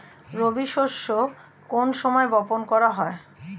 রবি শস্য কোন সময় বপন করা হয়?